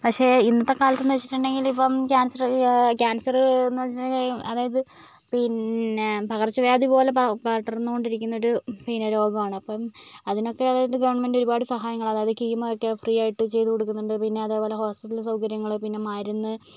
പക്ഷേ ഇന്നത്തെ കാലത്തെന്ന് വെച്ചിട്ടുണ്ടെങ്കിൽ ഇപ്പോൾ ക്യാൻസർ ക്യാൻസർ എന്ന് വെച്ചിട്ടുണ്ടെങ്കിൽ അതായത് പിന്നെ പകർച്ചവ്യാധി പോലെ പക പടർന്നുകൊണ്ടിരിക്കുന്നൊരു പിന്നെ രോഗമാണ് അപ്പം അതിനൊക്കെ ആയിട്ട് ഗവൺമെൻറ് ഒരുപാട് സഹായങ്ങൾ കീമോ ഒക്കെ ഫ്രീ ആയിട്ട് ചെയ്തുകൊടുക്കുന്നുണ്ട് പിന്നെ അതേപോലെ ഹോസ്പിറ്റൽ സൗകര്യങ്ങൾ പിന്നെ മരുന്ന്